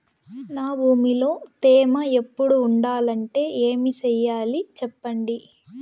నా భూమిలో తేమ ఎప్పుడు ఉండాలంటే ఏమి సెయ్యాలి చెప్పండి?